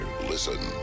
listen